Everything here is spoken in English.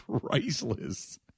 priceless